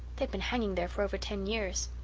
they've been hanging there for over ten years.